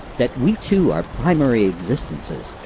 that we too are primary existences.